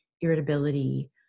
irritability